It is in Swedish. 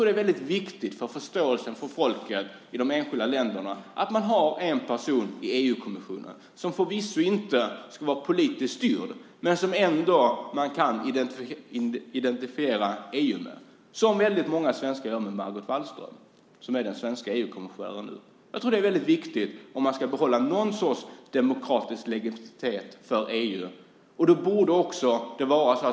Det är viktigt för förståelsen hos folket i de enskilda länderna att man har en person i EU-kommissionen som förvisso inte ska vara politiskt styrd, men som man ändå kan identifiera EU med. Det gör till exempel många svenskar när det gäller Margot Wallström, som är den svenska EU-kommissionären. Jag tror att det är viktigt om man ska behålla någon sorts demokratisk legitimitet för EU.